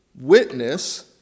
witness